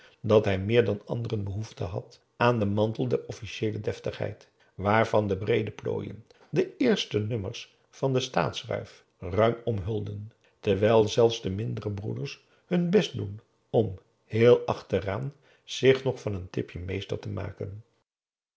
dat hij meer dan anderen behoefte had aan den mantel der officieele deftigheid waarvan de breede plooien de eerste nummers van de staatsruif ruim omhullen terwijl zelfs de mindere broeders hun best doen om heel achteraan zich nog van een tipje meester te maken